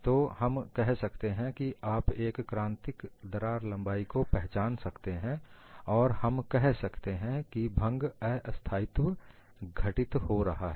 तो हम कह सकते हैं कि आप एक क्रांतिक दरार लंबाई को पहचान सकते हैं और हम कह सकते हैं कि भंग अस्थायित्व घटित हो रहा है